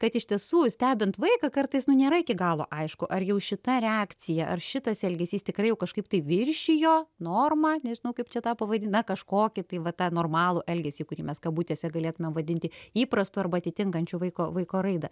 kad iš tiesų stebint vaiką kartais nu nėra iki galo aišku ar jau šita reakcija ar šitas elgesys tikrai jau kažkaip tai viršijo normą nežinau kaip čia tą pavadint na kažkokį tai va tą normalų elgesį kurį mes kabutėse galėtumėm vadinti įprastu arba atitinkančiu vaiko vaiko raidą